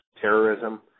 terrorism